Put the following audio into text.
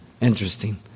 Interesting